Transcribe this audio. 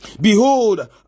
Behold